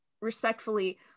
respectfully